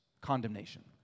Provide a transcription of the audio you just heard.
condemnation